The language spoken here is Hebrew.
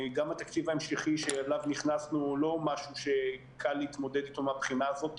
גם התקציב ההמשכי שאליו נכנסנו הוא לא משהו שקל להתמודד איתו מבחינה זו,